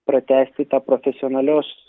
pratęsti tą profesionalios